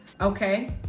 okay